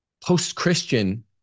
post-Christian